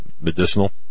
medicinal